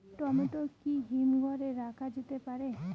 Tomato কি হিমঘর এ রাখা যেতে পারে?